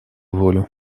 волю